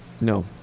No